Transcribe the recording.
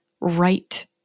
right